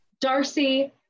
Darcy